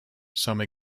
some